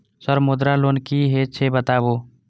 Sir Mudra loan की हे छे बताबू?